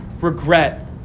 regret